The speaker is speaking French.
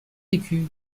écus